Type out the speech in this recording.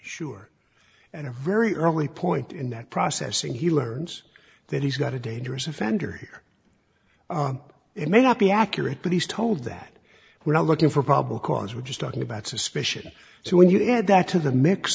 sure and a very early point in that process and he learns that he's got a dangerous offender it may not be accurate but he's told that we're not looking for probably cause we're just talking about suspicion so when you add that to the mix